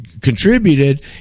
contributed